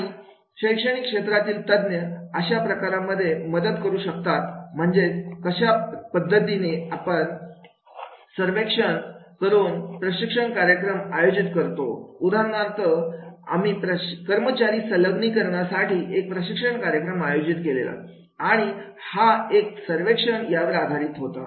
आणि शैक्षणिक क्षेत्रातील तज्ञ अशा प्रकारांमध्ये मदत करू शकता म्हणजेच कशा पद्धतीने आपण मिस्टर अपने सर्वेक्षण करून प्रशिक्षण कार्यक्रम आयोजित करतो उदाहरणार्थ आम्ही कर्मचारी संलग्नीकरण यासाठी एक प्रशिक्षण कार्यक्रम आयोजित केले आणि हा एका सर्वेक्षण यावर आधारित होता